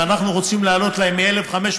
ואנחנו רוצים להעלות להם מ-1,500,